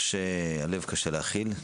קשה להכיל.